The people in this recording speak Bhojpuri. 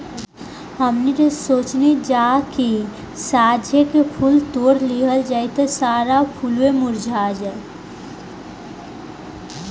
हमनी के सोचनी जा की साझे के फूल तोड़ लिहल जाइ त सारा फुलवे मुरझा जाइ